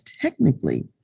technically